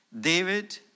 David